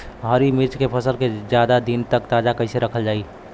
हरि मिर्च के फसल के ज्यादा दिन तक ताजा कइसे रखल जाई?